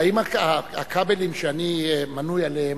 האם הכבלים שאני מנוי עליהם,